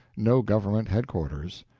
no government headquarters.